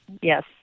yes